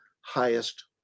highest